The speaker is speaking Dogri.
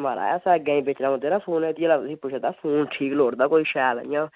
महाराज असें अग्गैं बेचने पोंदे ना फोन इक जेह्ड़ा तुसें पुच्छै दा फोन ठीक लोड़दा कोई शैल इयां